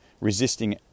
resisting